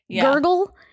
gurgle